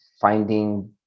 finding